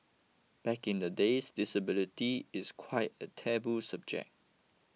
back in the days disability is quite a taboo subject